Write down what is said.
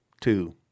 Two